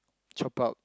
chop out